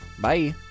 bye